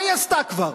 מה היא עשתה כבר?